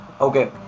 Okay